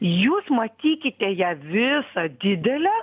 jūs matykite ją visą didelę